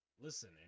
Listen